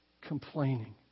complaining